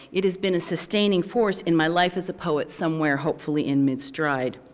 it has been a sustaining force in my life as a poet somewhere, hopefully in mid-stride.